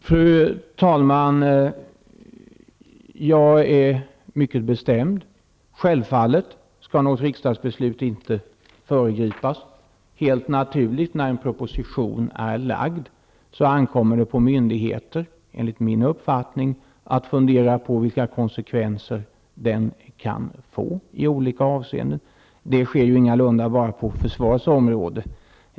Fru talman! Jag är mycket bestämd: självfallet skall ett riksdagsbeslut inte föregripas. Helt naturligt ankommer det på myndigheter att fundera på vilka konsekvenser en proposition som är lagd kan få i olika avseenden. Det sker ingalunda bara på försvarets område.